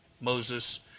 Moses